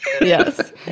Yes